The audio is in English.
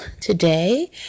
today